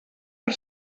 per